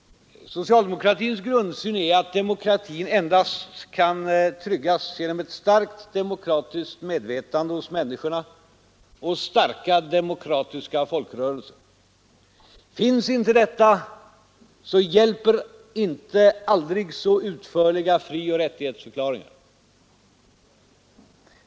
Socialdemokratins grundsyn är att demokratin endast kan tryggas genom ett starkt demokratiskt medvetande hos människorna och starka demokratiska folkrörelser. Finns inte detta, så hjälper inte aldrig så utförliga frioch rättighetsförklaringar.